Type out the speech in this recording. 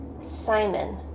Simon